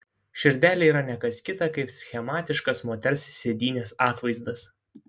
širdelė yra ne kas kita kaip schematiškas moters sėdynės atvaizdas